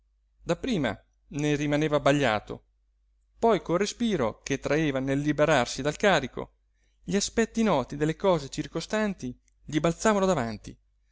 sole dapprima ne rimaneva abbagliato poi col respiro che traeva nel liberarsi dal carico gli aspetti noti delle cose circostanti gli balzavano davanti